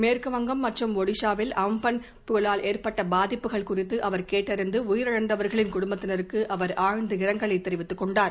மேற்கு வங்கம் மற்றும் ஒடிசாவில் அம்பன் புயலால் ஏற்பட்ட பாதிப்புகள் குறித்து அவர் கேட்டறிந்து உயிரிழந்தவர்களின் குடும்பத்தினருக்கு அவர் ஆழந்த இரங்கலை தெரிவித்துக் கொண்டார்